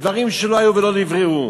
דברים שלא היו ולא נבראו.